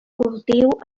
cultiu